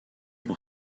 pour